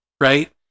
right